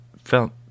felt